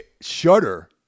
Shudder